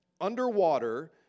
underwater